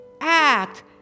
act